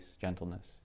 gentleness